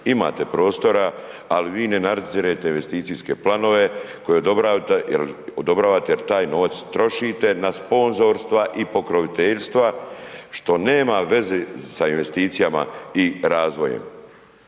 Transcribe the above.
Imate prostora ali vi ne nadzirete investicijske planove koje odobaravate jer taj novac trošite na sponzorstva i pokroviteljstva što nema veze sa investicijama i razvojem.